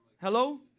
Hello